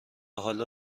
حالا